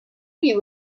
you